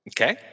Okay